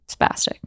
spastic